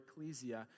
Ecclesia